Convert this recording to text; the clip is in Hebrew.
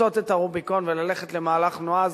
לחצות את הרוביקון וללכת למהלך נועז,